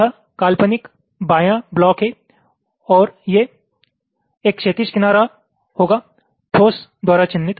यह काल्पनिक बाया ब्लॉक और ये एक क्षैतिज किनारा होगा ठोस द्वारा चिह्नित